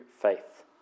faith